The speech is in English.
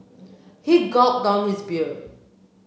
he gulped down his beer